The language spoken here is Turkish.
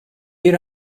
bir